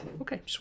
okay